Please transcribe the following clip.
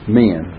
men